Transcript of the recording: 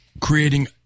creating